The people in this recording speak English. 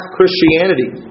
Christianity